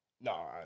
No